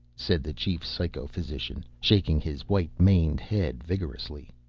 said the chief psychophysician, shaking his white-maned head vigorously.